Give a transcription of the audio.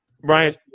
Brian